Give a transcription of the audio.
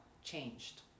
Changed